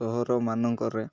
ସହରମାନଙ୍କରେ